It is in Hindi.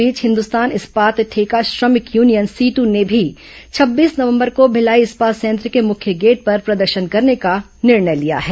इस बीच हिंदुस्तान इस्पात ठेका श्रमिक यूनियन सीटू ने भी छब्बीस नंवबर को भिलाई इस्पात संयंत्र को मुख्य गेट पर प्रदर्शन करने का निर्णय लिया है